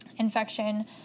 infection